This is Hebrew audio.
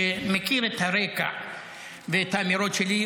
שמכיר את הרקע ואת האמירות שלי,